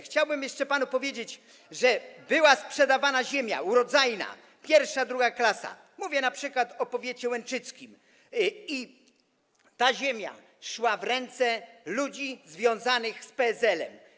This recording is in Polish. Chciałbym jeszcze panu powiedzieć, że była sprzedawana urodzajna ziemia, I, II klasa, mówię np. o powiecie łęczyckim, i ta ziemia szła w ręce ludzi związanych z PSL-em.